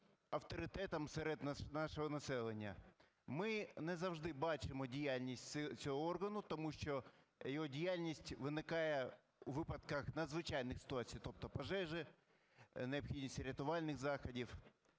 авторитетом серед нашого населення. Ми не завжди бачимо діяльність цього органу, тому що його діяльність виникає у випадках надзвичайних ситуацій, тобто пожежі, необхідність рятувальних заходів.